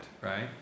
right